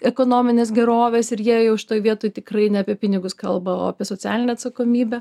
ekonominės gerovės ir jie jau šitoj vietoj tikrai ne apie pinigus kalba o apie socialinę atsakomybę